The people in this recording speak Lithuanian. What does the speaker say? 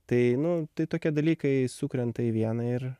tai nu tai tokie dalykai sukrenta į vieną ir